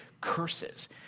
curses